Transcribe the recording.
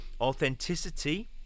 authenticity